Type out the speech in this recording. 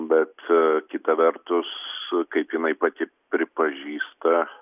bet kita vertus kaip jinai pati pripažįsta